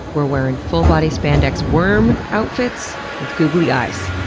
we're wearing full-body spandex worm outfits with googly eyes.